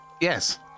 Yes